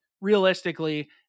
realistically